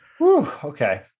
Okay